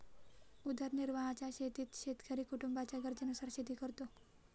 उदरनिर्वाहाच्या शेतीत शेतकरी कुटुंबाच्या गरजेनुसार शेती करतो